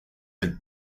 del